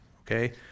Okay